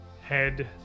head